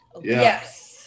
yes